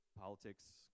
politics